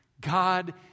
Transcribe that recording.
God